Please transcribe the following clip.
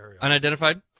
unidentified